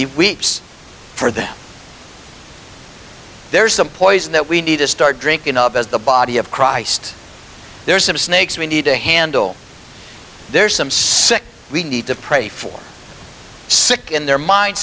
for that there's a poison that we need to start drinking up as the body of christ there's some snakes we need to handle there's some sick we need to pray for sick in their mind